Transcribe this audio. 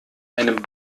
einem